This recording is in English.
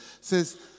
says